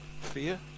Fear